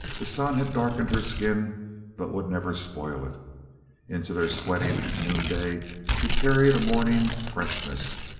the sun had darkened her skin but would never spoil it into their sweating noonday she carried a morning-freshness,